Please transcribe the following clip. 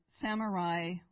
samurai